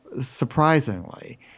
surprisingly